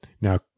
Now